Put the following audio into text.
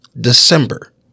December